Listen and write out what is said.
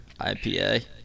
IPA